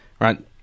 right